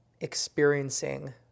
Experiencing